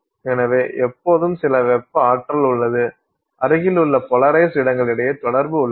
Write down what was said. எனவே எப்போதும் சில வெப்ப ஆற்றல் உள்ளது அருகிலுள்ள போலரைஸ்டு இடங்கள் இடையே தொடர்பு உள்ளது